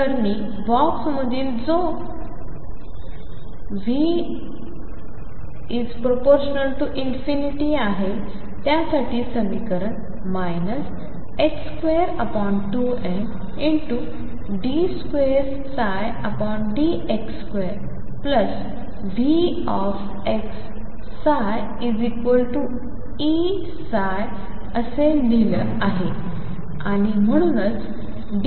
तर मी बॉक्समधील कण जो V→∞आहे त्यासाठी समीकरण 22md2dx2VψEψ असे लिहिलं आणि म्हणूनच d2dx22mE2ψ0